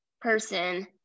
person